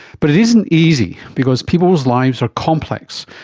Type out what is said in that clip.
but it isn't easy because people's lives are complex,